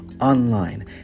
online